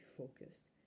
focused